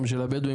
גם של הבדואים,